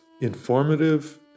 informative